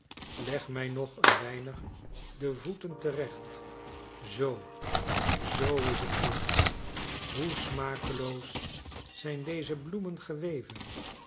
leg mij nog een weinig de voeten terecht zoo zoo is het goed hoe smakeloos zijn deze bloemen geweven